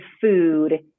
food